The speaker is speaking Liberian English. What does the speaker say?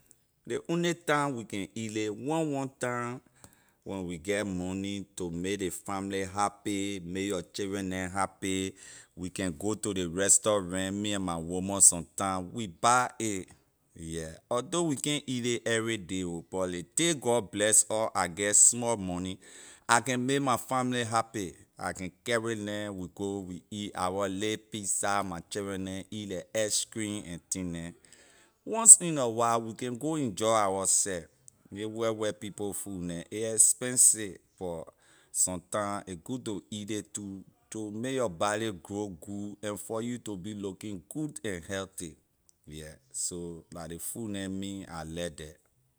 Ley only time we can eat ley one one time when we get money to make ley family happy may your children neh happy we can go to ley restaurant me and my woman sometime we buy a yeah although we can’t eat ley everyday ho but ley day god bless us I geh small money I can may my family happy I can carry neh we go we eat our lil pizza my children eat la ice cream and thing neh once in awhile we can go enjoy ourseh ley white white people food neh a expensive but sometime a good to eat ley too to make your body grow good and for you to be looking good and healthy yeah so la ley food neh me I like there.